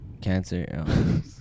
Cancer